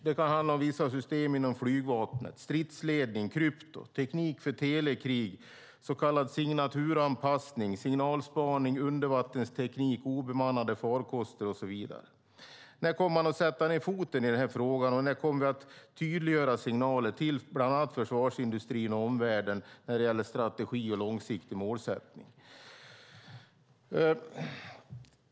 Det kan handla om vissa system inom flygvapnet, stridsledning, krypto, teknik för telekrig, så kallad signaturanpassning, signalspaning, undervattensteknik, obemannade farkoster och så vidare. När kommer man att sätta ned foten i den här frågan och ge tydliga signaler till bland annat försvarsindustrin och omvärlden när det gäller strategi och långsiktig målsättning?